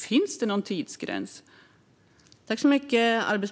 Finns det någon tidsgräns?